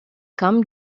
come